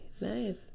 Nice